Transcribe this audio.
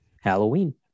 Halloween